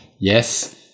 yes